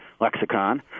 lexicon